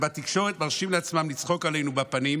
בתקשורת הם מרשים לעצמם לצחוק לנו בפנים,